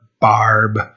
barb